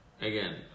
again